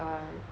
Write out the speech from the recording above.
[one]